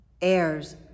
heirs